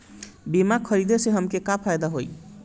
बीमा खरीदे से हमके का फायदा होई?